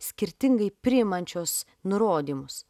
skirtingai priimančios nurodymus